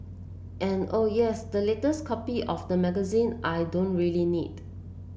and oh yes the latest copy of the magazine I don't really need